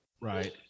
Right